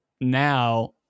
now